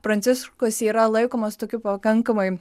pranciškus yra laikomas tokiu pakankamai